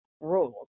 rules